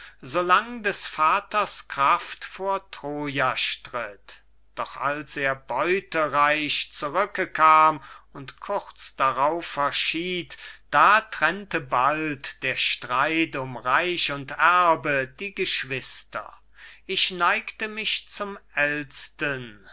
so lang des vaters kraft vor troja stritt doch als er beutereich zurücke kam und kurz darauf verschied da trennte bald der streit um reich und erbe die geschwister ich neigte mich zum